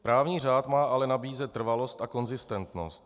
Právní řád má ale nabízet trvalost a konzistentnost.